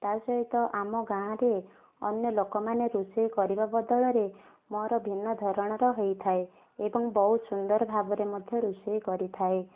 ତା ସହିତ ଆମ ଗାଁରେ ଅନ୍ୟ ଲୋକମାନେ ରୋଷେଇ କରିବା ବଦଳରେ ମୋର ଭିନ୍ନ ଧରଣର ହୋଇଥାଏ ଏବଂ ବହୁତ ସୁନ୍ଦର ଭାବରେ ମଧ୍ୟ ରୋଷେଇ କରିଥାଏ